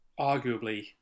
arguably